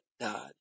God